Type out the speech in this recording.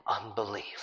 unbelief